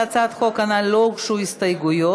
להצעת החוק הנ"ל לא הוגשו הסתייגויות,